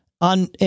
on